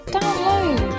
Download